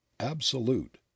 absolute